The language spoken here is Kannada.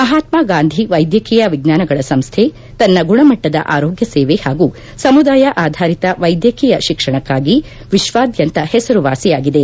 ಮಹಾತ್ಗಾಂಧಿ ವೈದ್ಯಕೀಯ ವಿಚ್ವಾನಗಳ ಸಂಸ್ಥೆ ತನ್ನ ಗುಣಮಟ್ಟದ ಆರೋಗ್ಯ ಸೇವೆ ಹಾಗೂ ಸಮುದಾಯ ಆಧಾರಿತ ವೈದ್ಯಕೀಯ ಶಿಕ್ಷಣಕ್ಕಾಗಿ ವಿಶ್ವಾದ್ಯಂತ ಹೆಸರುವಾಸಿಯಾಗಿದೆ